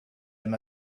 him